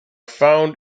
found